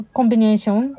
combination